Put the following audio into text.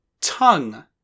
tongue